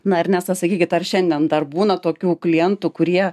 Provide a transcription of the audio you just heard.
na ernesta sakykit ar šiandien dar būna tokių klientų kurie